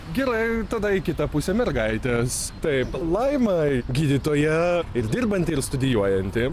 gerai tada į kitą pusę mergaitės taip laima gydytoja ir dirbanti ir studijuojanti